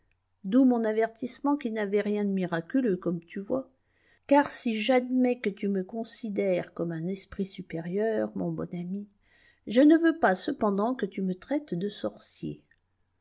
d'où mon avertissement qui n'avait rien de miraculeux comme tu vois car si j'admets que tu me considères comme un esprit supérieur mon bon ami je ne veux pas cependant que tu me traites de sorcier